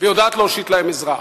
ויודעת להושיט להם עזרה.